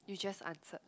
you just answered